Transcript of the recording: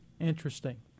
Interesting